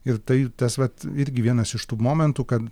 ir tai tas vat irgi vienas iš tų momentų kad